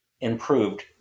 improved